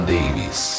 Davis